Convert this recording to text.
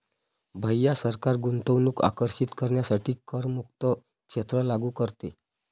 भैया सरकार गुंतवणूक आकर्षित करण्यासाठी करमुक्त क्षेत्र लागू करते